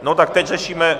No tak teď řešíme...